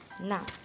Now